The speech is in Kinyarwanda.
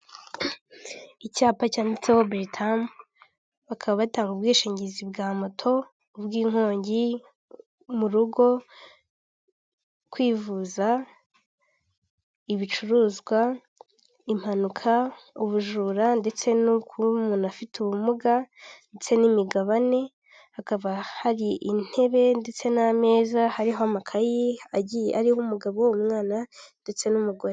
Icyapa cyanditseho betamu, bakaba batanga ubwishingizi bwa moto, ubw'inkongi mu rugo, kwivuza, ibicuruzwa, impanuka, ubujura ndetse no kuba umuntu afite ubumuga ndetse n'imigabane, hakaba hari intebe ndetse n'ameza hariho amakayi agiye ariho umugabo, umwana ndetse n'umugore.